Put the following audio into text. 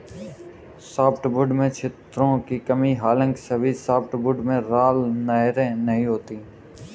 softwood में छिद्रों की कमी हालांकि सभी सॉफ्टवुड में राल नहरें नहीं होती है